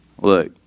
Look